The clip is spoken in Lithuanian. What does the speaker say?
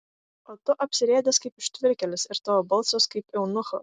o tu apsirėdęs kaip ištvirkėlis ir tavo balsas kaip eunucho